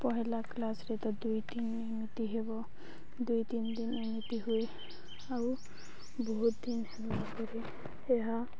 ପହଲା କ୍ଲାସ୍ରେ ତ ଦୁଇଦିନ ଏମିତି ହେବ ଦୁଇ ତିନି ଦିନ ଏମିତି ହୁଏ ଆଉ ବହୁତ ଦିନ ହେବା ପରେ ଏହା